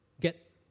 get